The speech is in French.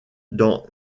dans